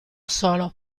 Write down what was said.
solo